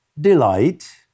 delight